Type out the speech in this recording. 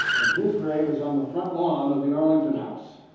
his grave is on the front lawn of the arlington house.